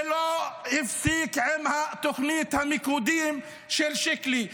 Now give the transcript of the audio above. זה לא עצר בתוכנית המיקודים של שיקלי.